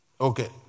Okay